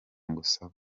ngusaba